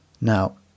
Now